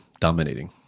dominating